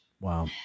Wow